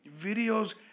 videos